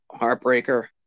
heartbreaker